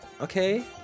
Okay